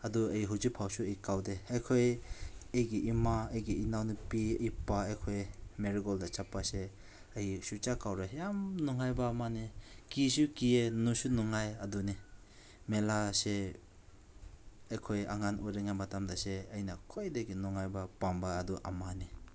ꯑꯗꯨ ꯑꯩ ꯍꯧꯖꯤꯛꯐꯥꯎꯁꯨ ꯑꯩ ꯀꯥꯎꯗꯦ ꯑꯩꯈꯣꯏ ꯑꯩꯒꯤ ꯏꯃꯥ ꯑꯩꯒꯤ ꯏꯅꯥꯎꯅꯨꯄꯤ ꯏꯄꯥ ꯑꯩꯈꯣꯏ ꯃꯦꯔꯤꯒꯣꯜꯗ ꯆꯠꯄꯁꯦ ꯑꯩ ꯁꯨꯡꯆꯥ ꯀꯥꯎꯔꯣꯏ ꯌꯥꯝ ꯅꯨꯡꯉꯥꯏꯕ ꯑꯃꯅꯦ ꯀꯤꯁꯨ ꯀꯤꯌꯦ ꯅꯨꯡꯁꯨ ꯅꯨꯡꯉꯥꯏ ꯑꯗꯨꯅꯤ ꯃꯦꯂꯥꯁꯦ ꯑꯩꯈꯣꯏ ꯑꯉꯥꯡ ꯑꯣꯏꯔꯤꯉꯩ ꯃꯇꯝꯗꯁꯦ ꯑꯩꯅ ꯈ꯭ꯋꯥꯏꯗꯒꯤ ꯅꯨꯡꯉꯥꯏꯕ ꯄꯥꯝꯕ ꯑꯗꯨ ꯑꯃꯅꯤ